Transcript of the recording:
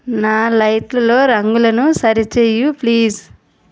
నా లైట్లలో రంగులనులు సరిచెయ్యి ప్లీజ్